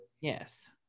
Yes